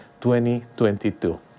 2022